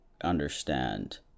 understand